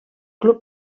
club